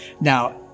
Now